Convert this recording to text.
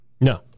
No